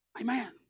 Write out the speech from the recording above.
Amen